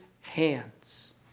hands